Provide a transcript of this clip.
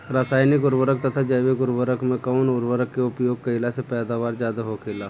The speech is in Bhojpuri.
रसायनिक उर्वरक तथा जैविक उर्वरक में कउन उर्वरक के उपयोग कइला से पैदावार ज्यादा होखेला?